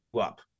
up